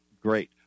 Great